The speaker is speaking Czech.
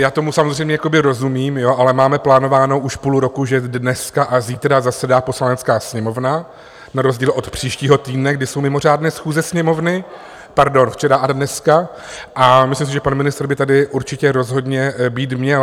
Já tomu samozřejmě jakoby rozumím, ale máme plánováno už půl roku, že dnes a zítra zasedá Poslanecká sněmovna na rozdíl od příštího týdne, kdy jsou mimořádné schůze Sněmovny, pardon, včera a dneska, a myslím si, že pan ministr by tady určitě rozhodně být měl.